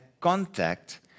contact